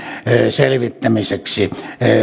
selvittämiseksi